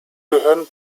gehören